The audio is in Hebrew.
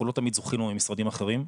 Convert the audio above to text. אנחנו לא תמיד זכינו ממשרדים אחרים,